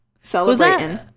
Celebrating